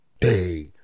day